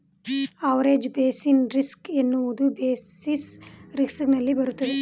average basis risk ಎನ್ನುವುದು basis risk ನಲ್ಲಿ ಬರುತ್ತದೆ